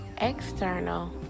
external